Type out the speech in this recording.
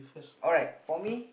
alright for me